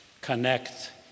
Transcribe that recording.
connect